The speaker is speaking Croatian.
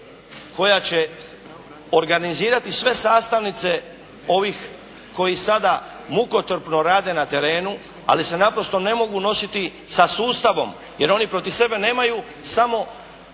koja će organizirati sve sastavnice ovih koji sada mukotrpno rade na terenu ali se naprosto ne mogu nositi sa sustavom jer oni protiv sebe nemaju samo